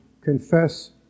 confess